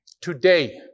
today